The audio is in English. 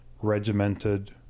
regimented